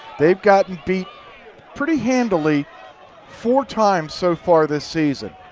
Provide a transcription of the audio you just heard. they've gotten beat pretty handily four times so far this season.